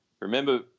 remember